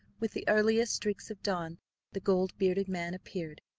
with the earliest streaks of dawn the gold-bearded man appeared,